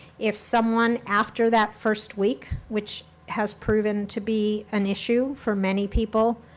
if someone after that first week, which has proven to be an issue for many people,